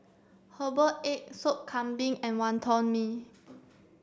herbal egg soup Kambing and Wonton Mee